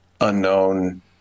unknown